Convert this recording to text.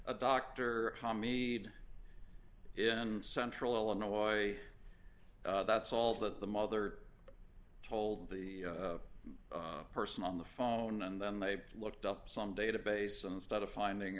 a doctor tommy in central illinois that's all that the mother told the person on the phone and then they looked up some database instead of finding